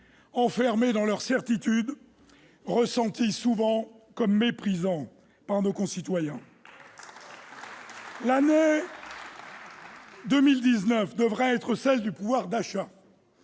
enfermés dans leurs certitudes et souvent perçus comme méprisants par nos concitoyens. L'année 2019 devait être celle du pouvoir d'achat.